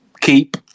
keep